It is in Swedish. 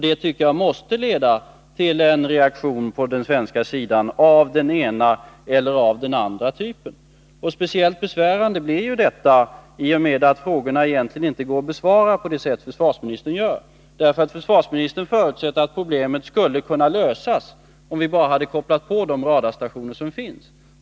Det tycker jag måste leda till en reaktion på den svenska sidan av den ena eller den andra typen. Speciellt besvärande blir ju detta i och med att frågorna egentligen inte går att besvara på det sätt som försvarsministern gör. Försvarsministern förutsätter att problemet skulle ha kunnat lösas om vi bara hade kopplat på de radarstationer som finns.